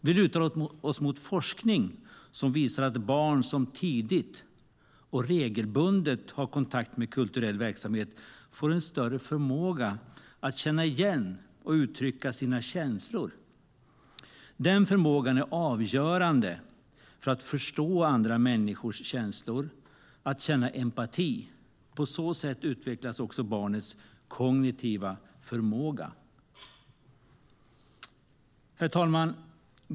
Vi lutar oss mot forskning som visar att barn som tidigt och regelbundet har kontakt med kulturell verksamhet får en större förmåga att känna igen och uttrycka sina känslor. Den förmågan är avgörande för att förstå andra människors känslor och att känna empati. På så sätt utvecklas också barnets kognitiva förmåga. Herr talman!